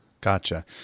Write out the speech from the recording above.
Gotcha